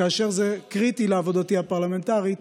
וזה קריטי לעבודתי הפרלמנטרית.